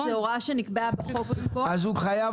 זה הוראה שנקבעה בחוק --- אז הוא חייב